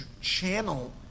channel